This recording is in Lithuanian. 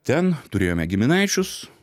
ten turėjome giminaičius